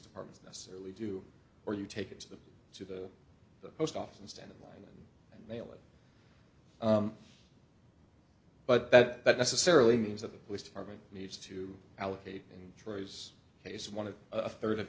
department necessarily do or you take it to them to the post office and stand in line and mail it but that necessarily means that the police department needs to allocate and choice is one of a third of